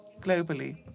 globally